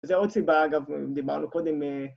זה עוד סיבה, אגב, דיברנו קודם מ...